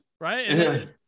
right